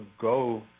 go